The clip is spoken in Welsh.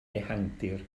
ehangdir